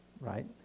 right